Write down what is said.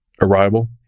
arrival